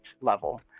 level